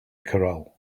corral